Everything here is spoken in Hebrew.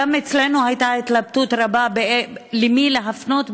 גם אצלנו הייתה התלבטות רבה למי להפנות,